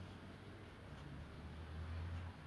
தளபத்~ தல தல வந்து:thalapath~ thala thala vanthu ajith